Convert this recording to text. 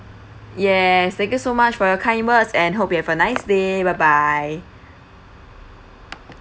yes thank you so much for your kind words and hope you have a nice day bye bye